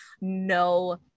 no